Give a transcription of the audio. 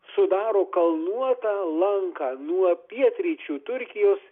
sudaro kalnuotą lanką nuo pietryčių turkijos